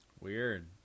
weird